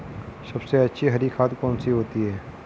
सबसे अच्छी हरी खाद कौन सी होती है?